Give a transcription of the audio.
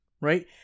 right